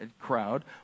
crowd